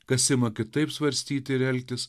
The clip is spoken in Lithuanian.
kas ima kitaip svarstyti ir elgtis